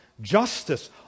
justice